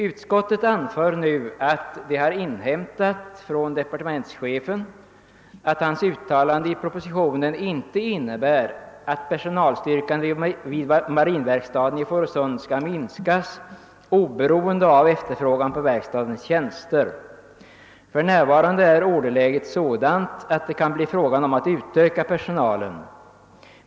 Utskottet anför nu att det inhämtat från departementschefen att hans uttalande i propositionen inte innebär att personalstyrkan vid marinverkstaden i Fårösund skall minskas oberoende av efterfrågan på verkstadens tjänster. För närvarande är orderläget sådant att det kan bli fråga om att utöka personalen.